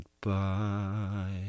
Goodbye